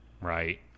right